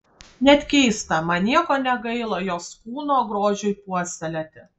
net keista man nieko negaila jos kūno grožiui puoselėti